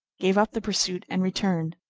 gave up the pursuit and returned.